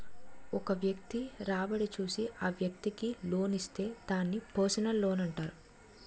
ఒక వ్యక్తి రాబడి చూసి ఆ వ్యక్తికి లోన్ ఇస్తే దాన్ని పర్సనల్ లోనంటారు